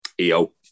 EO